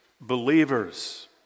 believers